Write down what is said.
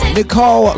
Nicole